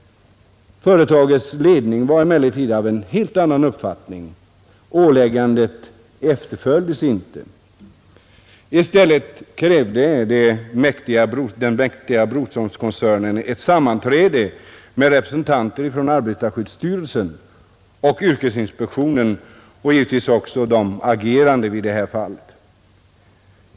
Företagets ledning var emellertid av en helt annan uppfattning. Åläggandet efterföljdes inte. I stället krävde den mäktiga Broströmkoncernen ett sammanträde med representanter från arbetarskyddsstyrelsen och yrkesinspektionen och givetvis också de agerande i det här fallet.